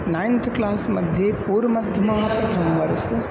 ninth क्लास्मध्ये पूर्वमध्यमः प्रथमवर्षः